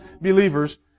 believers